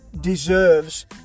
deserves